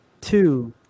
Two